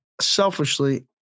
selfishly